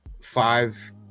five